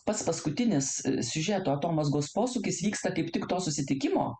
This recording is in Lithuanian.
pats paskutinis siužeto atomazgos posūkis vyksta kaip tik to susitikimo